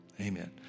Amen